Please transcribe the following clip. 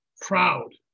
proud